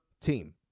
team